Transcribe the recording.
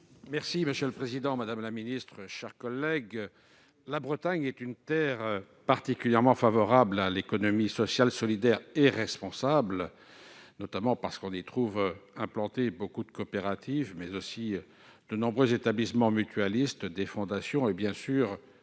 M. Michel Canevet. Madame la secrétaire d'État, la Bretagne est une terre particulièrement favorable à l'économie sociale, solidaire et responsable, notamment parce que l'on y trouve implantées beaucoup de coopératives, mais aussi de nombreux établissements mutualistes, des fondations et, bien sûr,